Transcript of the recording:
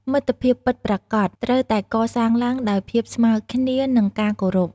មិត្តភាពពិតប្រាកដត្រូវតែកសាងឡើងដោយភាពស្មើគ្នា និងការគោរព។